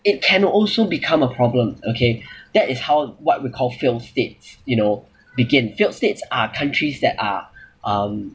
it can also become a problem okay that is how what we call failed states you know begin failed states are countries that are um